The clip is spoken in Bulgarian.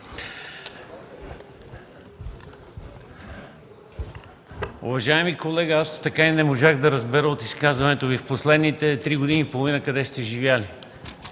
Уважаеми колега, така и не можах да разбера от изказването Ви – в последните три години и половина къде сте живели?